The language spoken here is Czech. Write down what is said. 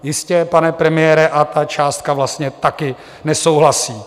Jistě, pane premiére, a ta částka vlastně také nesouhlasí.